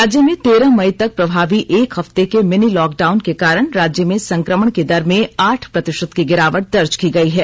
राज्य में तेरह मई तक प्रभावी एक हफ्ते के मिनी लॉकडाउन के कारण राज्य में संक्रमण की दर में आठ प्रतिशत की गिरावट दर्ज की गई है